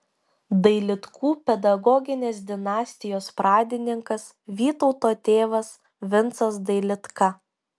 dailidkų pedagoginės dinastijos pradininkas vytauto tėvas vincas dailidka